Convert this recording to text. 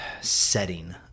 Setting